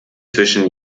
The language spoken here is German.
zwischen